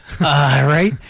Right